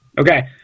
Okay